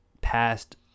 past